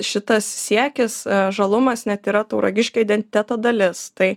šitas siekis žalumas net yra tauragiškė identiteto dalis tai